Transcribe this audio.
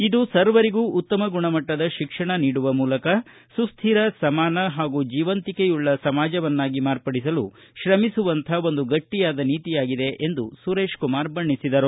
ಇದು ಸರ್ವರಿಗೂ ಉತ್ತಮ ಗುಣಮಟ್ಟದ ಶಿಕ್ಷಣ ನೀಡುವ ಮೂಲಕ ಸುಶ್ರಿರ ಸಮಾನ ಹಾಗೂ ಜೀವಂತಿಕೆಯುಳ್ಳ ಸಮಾಜವನ್ನಾಗಿ ಮಾರ್ಪಡಿಸಲು ಶ್ರಮಿಸುವಂಥ ಒಂದು ಗಟ್ಟಿಯಾದ ನೀತಿಯಾಗಿದೆ ಎಂದು ಸುರೇಶಕುಮಾರ ಬಣ್ಣಿಸಿದರು